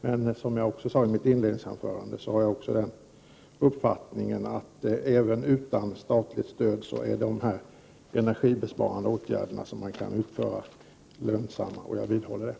Men, som jag också sade i mitt inledningsanförande, har jag den uppfattningen att energibesparande åtgärder i detta sammanhang är lönsamma även utan statligt stöd. Detta vidhåller jag.